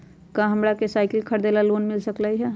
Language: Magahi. का हमरा के साईकिल खरीदे ला लोन मिल सकलई ह?